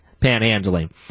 panhandling